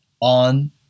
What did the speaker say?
on